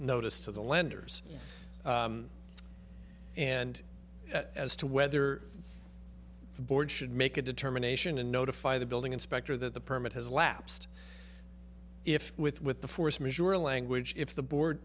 notice to the lenders and as to whether the board should make a determination and notify the building inspector that the permit has lapsed if with with the force majeure language if the board